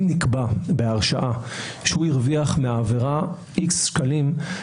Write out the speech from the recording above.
אם נקבע בהרשעה שהוא הרוויח מהעבירה איקס שקלים,